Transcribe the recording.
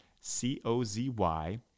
C-O-Z-Y